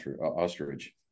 ostrich